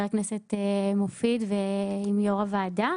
הכנסת מופיד מרעי ועם יושבת-ראש הוועדה,